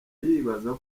yibaza